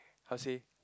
how say